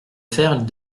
faire